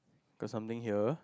got something here